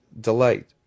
delight